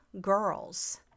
girls